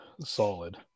solid